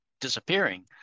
disappearing